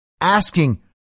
asking